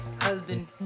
husband